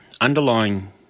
underlying